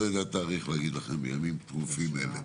לא יודע תאריך להגיד לכם בימים טרופים אלה.